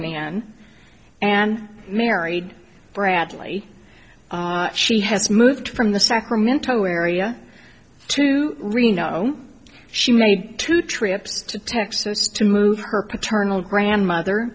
again and married bradley she has moved from the sacramento area to reno she made two trips to texas to move her paternal grandmother